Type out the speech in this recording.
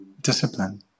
discipline